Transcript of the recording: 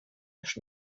już